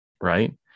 Right